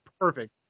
Perfect